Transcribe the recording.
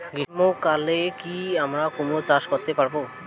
গ্রীষ্ম কালে কি আমরা কুমরো চাষ করতে পারবো?